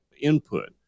input